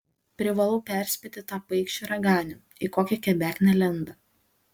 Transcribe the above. privalau perspėti tą paikšį raganių į kokią kebeknę lenda